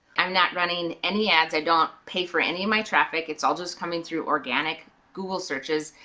i'm not running any ads, i don't pay for any of my traffic, it's all just coming through organic google searches,